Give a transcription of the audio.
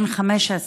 בן 15,